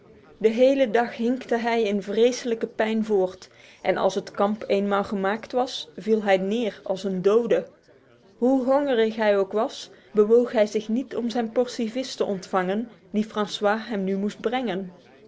de hele dag hinkte hij in vreselijke pijn voort en als het kamp eenmaal gemaakt was viel hij neer als een dode hoe hongerig hij ook was hij bewoog zich niet om zijn portie vis te ontvangen die francois hem nu moest brengen